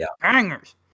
bangers